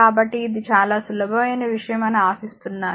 కాబట్టి ఇది చాలా సులభమైన విషయం అని ఆశిస్తున్నాను